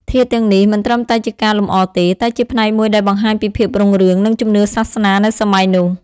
ធាតុទាំងនេះមិនត្រឹមតែជាការលម្អទេ តែជាផ្នែកមួយដែលបង្ហាញពីភាពរុងរឿង និងជំនឿសាសនានៅសម័យនោះ។